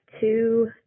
two